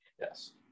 Yes